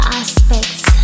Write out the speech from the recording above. aspects